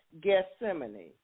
Gethsemane